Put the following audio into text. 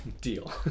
deal